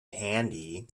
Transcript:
handy